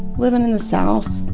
living in the south.